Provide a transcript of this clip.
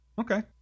Okay